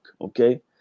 okay